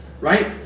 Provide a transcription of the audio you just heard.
Right